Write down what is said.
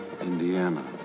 Indiana